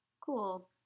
Cool